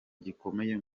gikomeye